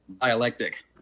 dialectic